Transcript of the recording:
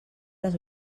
les